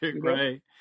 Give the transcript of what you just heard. Right